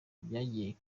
byagiye